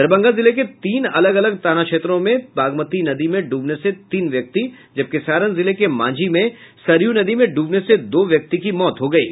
दरभंगा जिले के तीन अलग अलग थाना क्षेत्रों में बागमती नदी में ड्रबने से तीन व्यक्ति जबकि सारण जिले के मांझी में सरयू नदी में डूबने से दो व्यक्ति की मौत हो गयी